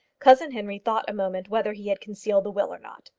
cousin henry thought a moment whether he had concealed the will or not.